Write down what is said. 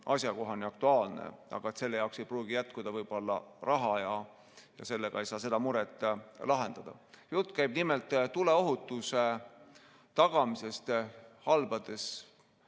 asjakohane ja aktuaalne, aga selle jaoks ei pruugi jätkuda raha ja sellega ei saa seda muret lahendada. Jutt käib nimelt tuleohutuse tagamisest halbade